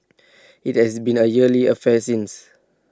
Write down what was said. IT has been A yearly affair since